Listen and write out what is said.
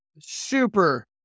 Super